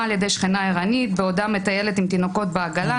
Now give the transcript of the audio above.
על ידי שכנה ערנית בעודה מטיילת עם תינוקות בעגלה,